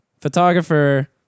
photographer